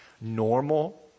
normal